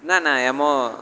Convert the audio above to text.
ના ના એમાં